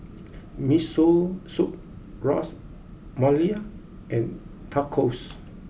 Miso Soup Ras Malai and Tacos